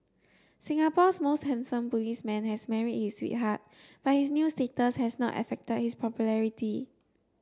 Singapore's most handsome policeman has married his sweetheart but his new status has not affected his popularity